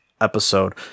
episode